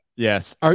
yes